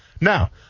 Now